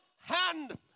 hand